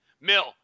mill